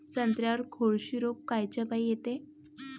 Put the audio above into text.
संत्र्यावर कोळशी रोग कायच्यापाई येते?